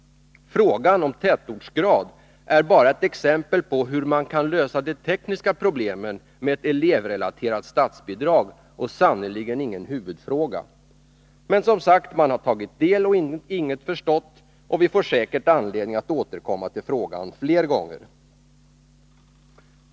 Frågan om tätortsgrad är bara ett exempel på hur man kan lösa de tekniska problemen med ett elevrelaterat statsbidrag, och sannerligen ingen huvudfråga. Men man har, som sagt, tagit del och inget förstått, och vi får säkert anledning att återkomma till frågan fler gånger.